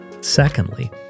Secondly